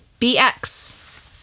BX